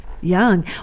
young